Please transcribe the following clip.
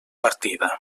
partida